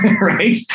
Right